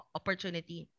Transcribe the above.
opportunity